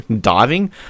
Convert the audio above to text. Diving